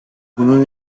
bunun